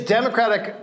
Democratic